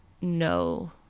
no